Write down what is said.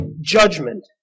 judgment